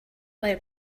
let